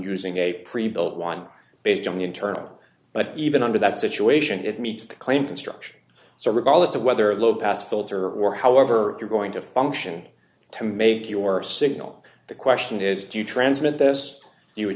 using a pre built one based on the internal but even under that situation it meets the claim construction so regardless of whether a low pass filter or however you're going to function to make your signal the question is to transmit this you